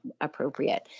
appropriate